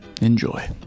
Enjoy